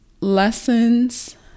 lessons